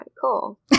cool